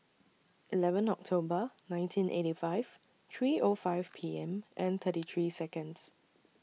eleven October nineteen eighty five three O five P M and thirty three Seconds